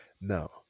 now